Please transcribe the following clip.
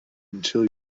until